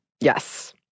Yes